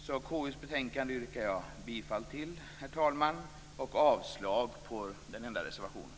Jag yrkar alltså bifall till hemställan i KU:s betänkande, herr talman, och avslag på den enda reservationen.